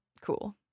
cool